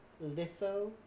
litho